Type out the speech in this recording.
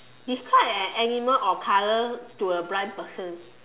describe an animal or a colour to a blind person